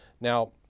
Now